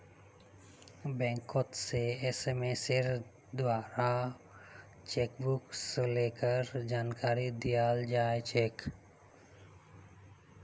बैंकोत से एसएमएसेर द्वाराओ चेकबुक शुल्केर जानकारी दयाल जा छेक